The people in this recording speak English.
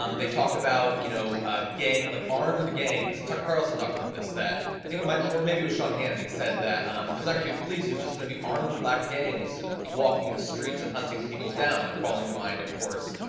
um they talk about you know like armed gangs. tucker carlson talked about this that, i think it might more maybe it was sean hannity, said that there's not gonna be police. there's just gonna be armed black gangs walking the streets and hunting people down. calling to mind, of course,